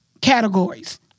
categories